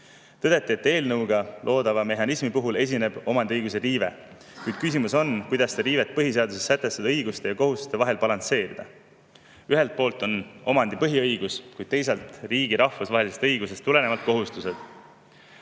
Tõdeti, et eelnõuga loodava mehhanismi puhul esineb omandiõiguse riive, kuid küsimus on, kuidas seda riivet põhiseaduses sätestatud õiguste ja kohustuste vahel balansseerida. Ühelt poolt on omandipõhiõigus, kuid teisalt riigi rahvusvahelisest õigusest tulenevad kohustused.